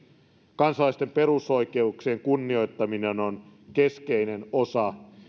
kansalaisten perusoikeuksien kunnioittaminen on keskeinen osa